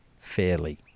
fairly